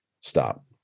stop